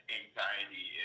anxiety